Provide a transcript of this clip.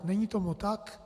Není tomu tak.